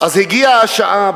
אז הגיעה השעה,